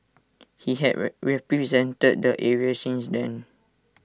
he had represented the area since then